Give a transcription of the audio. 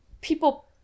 people